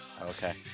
Okay